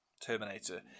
Terminator